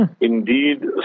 Indeed